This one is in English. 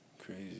Crazy